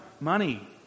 money